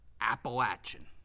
Appalachian